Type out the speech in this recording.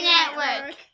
Network